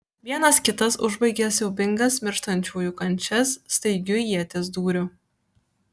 vienas kitas užbaigė siaubingas mirštančiųjų kančias staigiu ieties dūriu